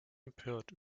empört